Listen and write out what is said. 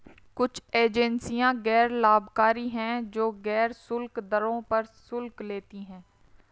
कुछ एजेंसियां गैर लाभकारी हैं, जो गैर शुल्क दरों पर शुल्क लेती हैं